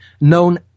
known